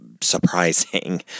surprising